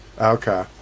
Okay